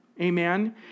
Amen